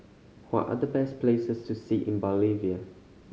what are the best places to see in Bolivia